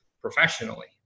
professionally